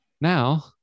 Now